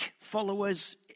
followers